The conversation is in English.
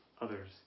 others